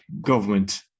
government